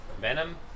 Venom